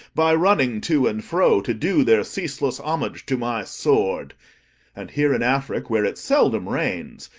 by running to and fro, to do their ceaseless homage to my sword and here in afric, where it seldom rains,